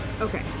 Okay